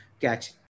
catch